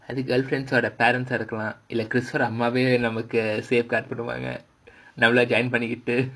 அது:adhu girlfriends ஓட:oda parents ah இருக்கலாம்:irukkalaam safeguard கொடுப்பாங்க நம்மலாம்:kodupaanga nammalaam join பண்ணிட்டு:pannittu